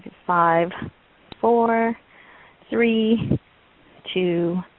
five four three two,